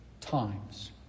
times